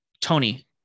tony